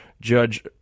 Judge